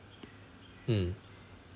mm